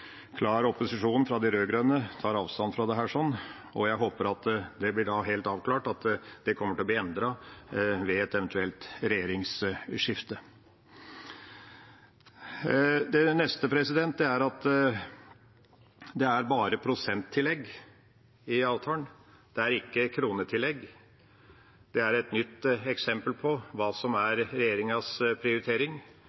klar opposisjon fra de rød-grønne tar avstand fra dette, og jeg håper det blir helt avklart at det kommer til å bli endret ved et eventuelt regjeringsskifte. Det neste er at det bare er prosenttillegg i avtalen. Det er ikke kronetillegg. Det er et nytt eksempel på hva som er